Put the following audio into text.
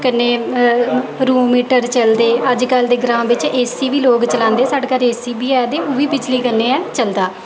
कन्नै room heater चलदे अज्ज कल ते ग्रांऽ बिच्च ए सी बी लोक चलांदे साढ़े घर ए सी बी ऐ ते ओह् बी बिजली कन्नै चलदा